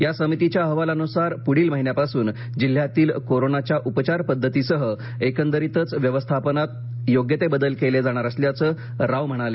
या समितीच्या अहवालानुसार पुढील महिन्यापासून जिल्ह्यातील कोरोनाच्या उपचार पद्धतीसह एकंदरीतच व्यवस्थापनात योग्य ते बदल केले जाणार असल्याचं राव म्हणाले